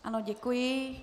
Ano, děkuji.